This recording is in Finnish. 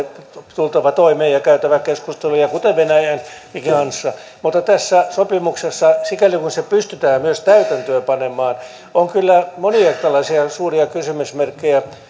tultava toimeen ja käytävä keskusteluja kuten venäjänkin kanssa mutta tässä sopimuksessa sikäli kuin se pystytään myös täytäntöön panemaan on kyllä monia tällaisia suuria kysymysmerkkejä